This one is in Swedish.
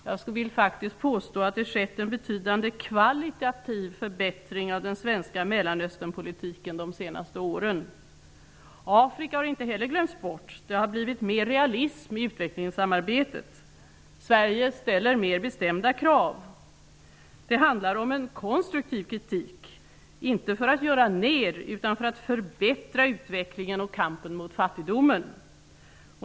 Jag vill påstå att det har skett en betydande kvalitativ förbättring av den svenska Mellanöstern-politiken de senaste åren. Afrika har inte heller glömts bort. Det har blivit mer realism i utvecklingssamarbetet. Sverige ställer mer bestämda krav. Det handlar om en konstruktiv kritik, inte för att göra ned utan för att förbättra utvecklingen och kampen mot fattigdomen.